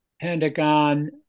Pentagon